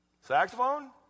Saxophone